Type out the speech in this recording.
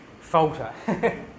falter